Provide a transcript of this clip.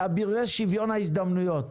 ואבירי שוויון ההזדמנויות.